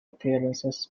appearances